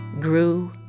grew